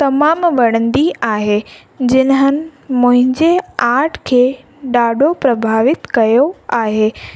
तमामु वणंदी आहे जिन्हनि मुंहिंजे आट खे ॾाढो प्रभावित कयो आहे